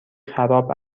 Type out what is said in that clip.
خراب